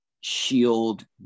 shield